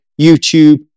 YouTube